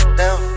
down